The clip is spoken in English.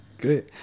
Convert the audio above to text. Great